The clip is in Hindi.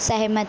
सहमत